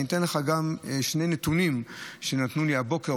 אתן לך שני נתונים שנתנו לי הבוקר,